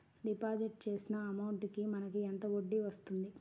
Deposit చేసిన amount కి మనకి ఎంత వడ్డీ వస్తుంది?